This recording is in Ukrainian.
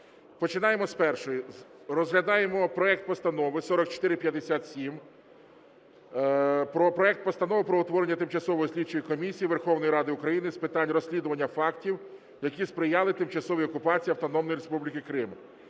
Починаємо з першої. Розглядаємо проект постанови 4457 – проект Постанови про утворення Тимчасової слідчої комісії Верховної Ради України з питань розслідування фактів, які сприяли тимчасовій окупації Автономної Республіки Крим.